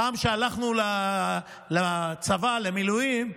פעם, כשהלכנו לצבא, למילואים,